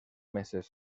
meses